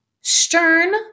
stern